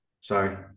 Sorry